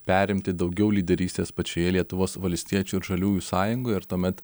perimti daugiau lyderystės pačioje lietuvos valstiečių ir žaliųjų sąjungoj ir tuomet